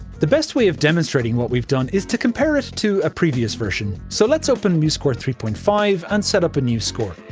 the best way of demonstrating what we've done is to compare it to a previous version. so let's open musescore three point five and set up a new score.